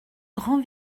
grand